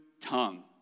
tongue